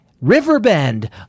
Riverbend